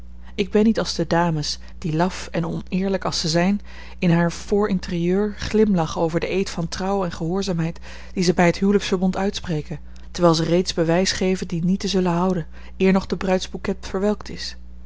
ik ben niet als de dames die laf en oneerlijk als ze zijn in haar for intérieur glimlachen over den eed van trouw en gehoorzaamheid dien zij bij het huwelijksverbond uitspreken terwijl zij reeds bewijs geven dien niet te zullen houden eer nog de bruidsbouquet verwelkt is